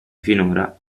finora